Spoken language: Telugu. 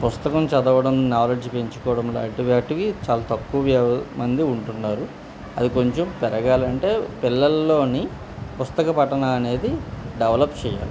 పుస్తకం చదవడం నాలెడ్జ్ పెంచుకోవడంలాంటి వాటివి చాలా తక్కువ మంది ఉంటున్నారు అది కొంచెం పెరగాలంటే పిల్లల్లోని పుస్తక పఠన అనేది డెవలప్ చేయాలి